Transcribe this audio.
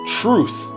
truth